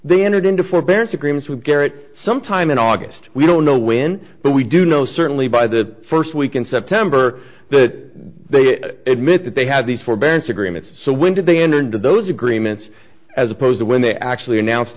they entered into forbearance agreements with garrett sometime in august we don't know when but we do know certainly by the first week in september that they admit that they have these forbearance agreements so when did they enter into those agreements as opposed to when they actually announced